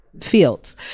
fields